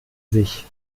sich